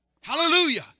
Hallelujah